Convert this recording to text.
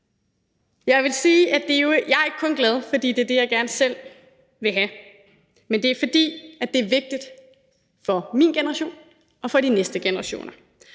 Jeg vil sige, at jeg ikke kun er glad, fordi det er det, jeg gerne selv vil have, men fordi det er vigtigt for min generation og for de næste generationer.